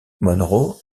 monroe